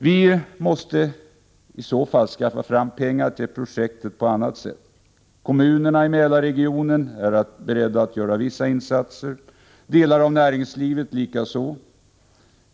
Vi måste i så fall skaffa fram pengar till projektet på annat sätt. Kommunerna i Mälarregionen är beredda att göra vissa insatser, delar av näringslivet likaså.